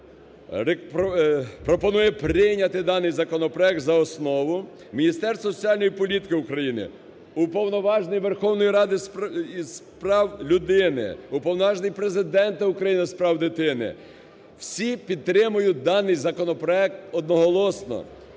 Ради пропонує прийняти даний законопроект за основу. Міністерство соціальної політики України, Уповноважений Верховної Ради з прав людини, Уповноважений Президента України з прав дитини – всі підтримують даний законопроект одноголосно.